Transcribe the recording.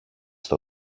στο